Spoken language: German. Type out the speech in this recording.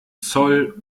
zoll